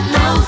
no